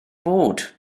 bod